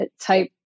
type